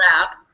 wrap